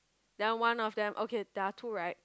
then one of them okay there are two right